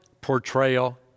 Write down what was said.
portrayal